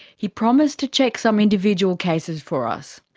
he promised to check some individual cases for us.